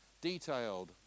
Detailed